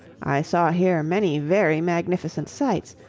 i saw here many very magnificent sights,